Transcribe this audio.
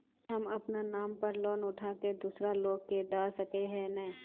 हम अपना नाम पर लोन उठा के दूसरा लोग के दा सके है ने